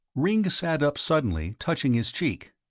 ringg sat up suddenly, touching his cheek.